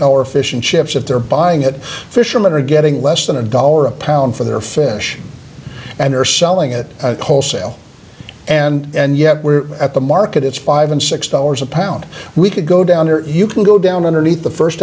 our fish and chips if they're buying it fishermen are getting less than a dollar a pound for their fish and are selling it wholesale and yet we're at the market it's five and six dollars a pound we could go down or you can go down underneath the first